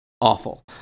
Awful